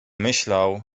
myślał